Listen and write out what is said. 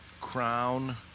Crown